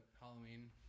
Halloween